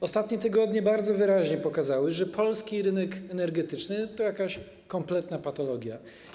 Ostatnie tygodnie bardzo wyraźnie pokazały, że polski rynek energetyczny to jakaś kompletna patologia.